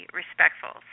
respectful